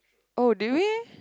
oh do we